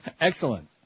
Excellent